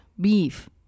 beef